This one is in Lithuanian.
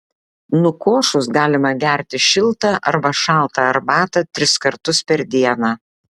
nukošus galima gerti šiltą arba šaltą arbatą tris kartus per dieną